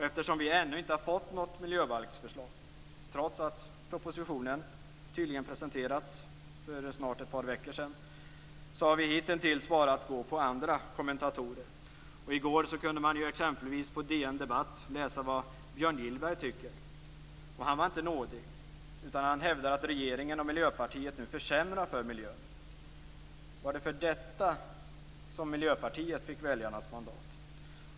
Eftersom vi ännu inte har fått något miljöbalksförslag, trots att propositionen tydligen presenterats för snart ett par veckor sedan, har vi hitintills bara kunnat gå på vad andra kommentatorer har sagt. I går kunde man t.ex. på DN Debatt läsa vad Björn Gillberg tyckte. Han var inte nådig. Han hävdade att regeringen och Miljöpartiet nu försämrar för miljön. Var det för detta som Miljöpartiet fick väljarnas mandat?